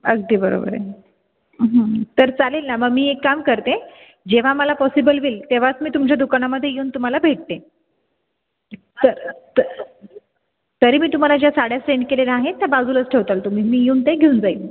अगदी बरोबर आहे तर चालेल नं मं मी एक काम करते जेव्हा मला पॉसिबल होईल तेव्हाच मी तुमच्या दुकानामध्ये येऊन तुम्हाला भेटते तर तर तरी मी तुम्हाला ज्या साड्या सेंड केलेल्या आहेत त्या बाजूलाच ठेवाल तुम्ही मी येऊन ते घेऊन जाईन